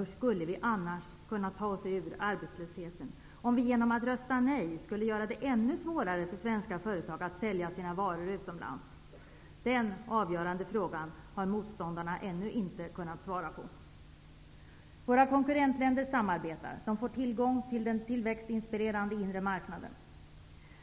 Hur skulle vi annars kunna ta oss ur arbetslösheten? Skulle det ske genom att rösta nej, och därigenom göra det ännu svårare för svenska arbetsgivare att sälja sina varor utomlands? Den avgörande frågan har motståndarna ännu inte kunnat svara på. Våra konkurrentländer samarbetar. De får tillgång till den tillväxtinspirerande inre marknaden.